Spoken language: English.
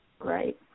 Right